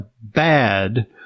bad